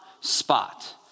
spot